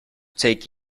take